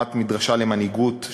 הקמת מדרשה למנהיגות,